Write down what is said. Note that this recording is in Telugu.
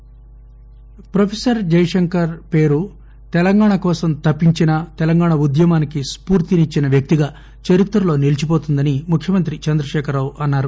జయశంకర్ ప్రొఫెసర్ జయశంకర్ పేరు తెలంగాణ కోసం తపించిన ఉద్యమానికి స్పూర్తినిచ్చిన వ్యక్తిగా చరిత్రలో నిలిచిపోతుందని ముఖ్యమంత్రి చంద్రశేఖర్రావు అన్నారు